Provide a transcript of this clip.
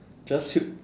just you